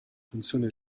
funzione